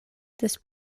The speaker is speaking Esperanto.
des